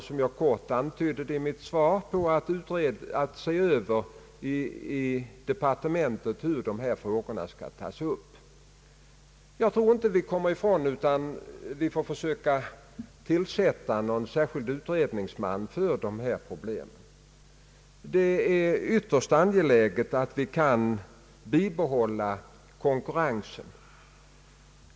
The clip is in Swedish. Som jag i korthet antydde i mitt svar håller vi inom departementet på att se över hur dessa frågor skall tas upp. Jag tror inte att vi kommer ifrån att vi måste tillsätta en särskild utredningsman för dessa problem. Det är ytterst angeläget att kunna bibehålla konkurrensen.